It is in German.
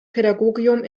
pädagogium